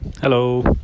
hello